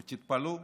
ותתפלאו,